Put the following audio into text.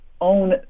own